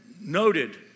noted